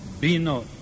Bino